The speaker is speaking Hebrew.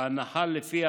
בהנחה שלפיה